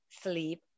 sleep